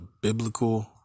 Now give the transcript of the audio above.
biblical